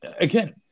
Again